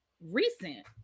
recent